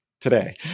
today